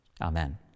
Amen